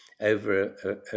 over